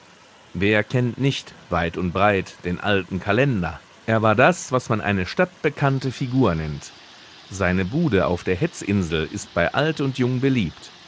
wer kennt nicht weit und breit den alten kalender er war das was man eine stadtbekannte figur nennt seine bude auf der hetzinsel ist bei alt und jung beliebt